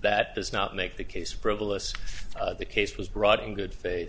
that does not make the case frivolous the case was brought in good faith